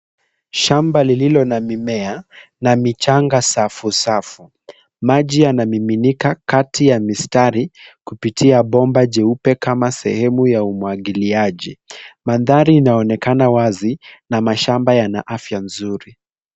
Shamba lililo na mimea na michanga safuafu. Maji yanamiminika kati ya mistari kupitia bomba jeupe kama sehemu ya umwagiliajj. Mandhari inaonekana wazi na mashamba yana afya nzuri.